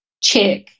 check